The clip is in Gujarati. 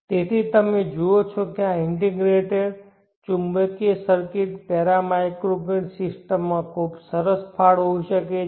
તેથી તમે જુઓ છો કે આ ઇન્ટીગ્રેટેડ ચુંબકીય સર્કિટ પેટા માઇક્રોગ્રિડ સિસ્ટમમાં ખૂબ સરસ ફાળો હોઈ શકે છે